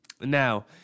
Now